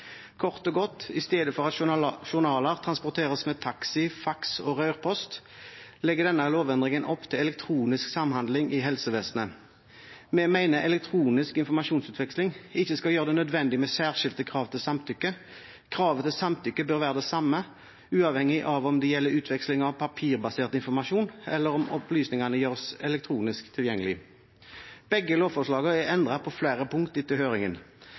Kort og godt, i stedet for at journaler transporteres med taxi, faks og rørpost, legger denne lovendringen opp til elektronisk samhandling i helsevesenet. Vi mener elektronisk informasjonsutveksling ikke skal gjøre det nødvendig med særskilt krav til samtykke. Kravet til samtykke bør være det samme uavhengig av om det gjelder utveksling av papirbasert informasjon, eller om opplysningene gjøres elektronisk tilgjengelig. Begge lovforslagene er endret på flere punkter etter høringen.